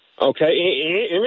Okay